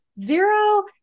Zero